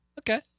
Okay